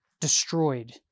destroyed